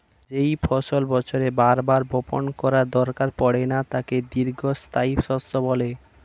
যেই ফসল বছরে বার বার বপণ করার দরকার পড়ে না তাকে দীর্ঘস্থায়ী শস্য বলে